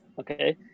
Okay